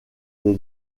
des